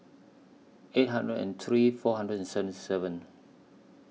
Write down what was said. eight hundred and three four hundred and seventy seven